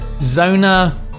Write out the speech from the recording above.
Zona